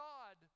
God